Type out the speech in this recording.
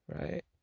right